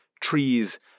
trees